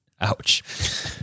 Ouch